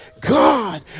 God